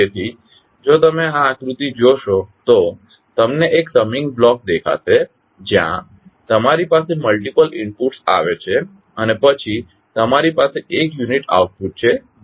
તેથી જો તમે આ આકૃતિ જોશો તો તમને એક સમિંગ બ્લોક દેખાશે જ્યાં તમારી પાસે મલ્ટીપલ ઇનપુટ્સ આવે છે અને પછી તમારી પાસે એક યુનિક આઉટપુટ છે જે Y છે